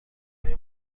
های